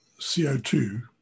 co2